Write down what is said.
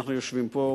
אנחנו יושבים פה,